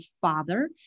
father